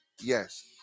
yes